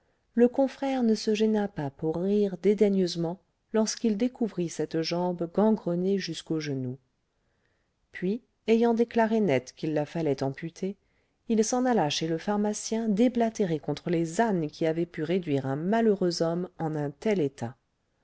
le confrère ne se gêna pas pour rire dédaigneusement lorsqu'il découvrit cette jambe gangrenée jusqu'au genou puis ayant déclaré net qu'il la fallait amputer il s'en alla chez le pharmacien déblatérer contre les ânes qui avaient pu réduire un malheureux homme en un tel état